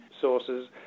sources